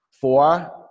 Four